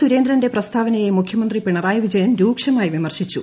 സുരേന്ദ്രന്റെ പ്രസ്താവനയെ മുഖ്യമന്ത്രി പിണറായി വിജയൻ രൂക്ഷമായി വിമർശിച്ചു